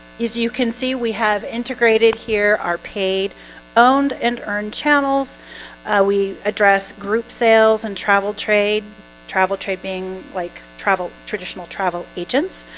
you can see we have integrated here are paid owned and earned channels we address group sales and travel trade travel trade being like travel traditional travel agents